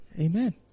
Amen